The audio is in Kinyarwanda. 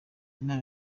inama